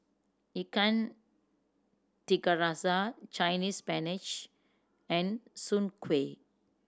Ikan Tiga Rasa Chinese Spinach and Soon Kueh